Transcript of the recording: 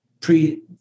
pre